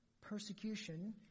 persecution